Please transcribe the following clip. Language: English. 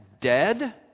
dead